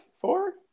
four